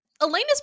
Elena's